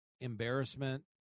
embarrassment